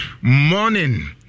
morning